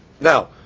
Now